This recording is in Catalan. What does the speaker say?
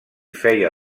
feia